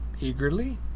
eagerly